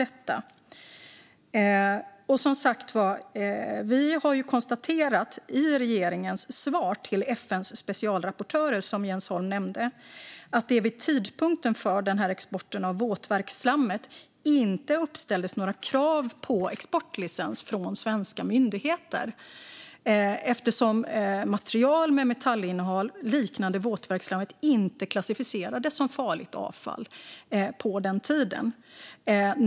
Regeringen har som sagt konstaterat i sitt svar till FN:s specialrapportörer, som Jens Holm nämnde, att det vid tidpunkten för exporten av våtverksslammet inte uppställdes några krav på exportlicens från svenska myndigheter eftersom material med metallinnehåll, liknande våtverksslam, då inte klassificerades som farligt avfall.